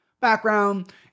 background